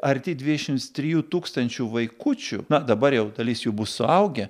arti dvidešimt trijų tūkstančių vaikučių na dabar jau dalis jų bus suaugę